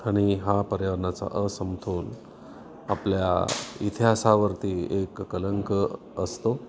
आणि हा पर्यावरणाचा असमतोल आपल्या इतिहासावरती एक कलंक असतो